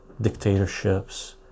dictatorships